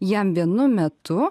jam vienu metu